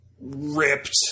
ripped